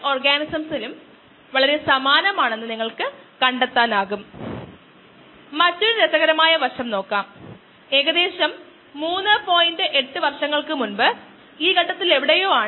അതിനാൽ നമുക്ക് വളരെ സുരക്ഷിതമായി K s പ്ലസ് s മാറ്റാൻ കഴിയും s വളരെ വലുതാണെങ്കിൽ K s നേക്കാൾ വളരെ വലുതാണ്